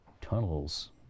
tunnels